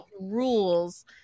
rules